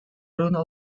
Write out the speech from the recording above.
bruno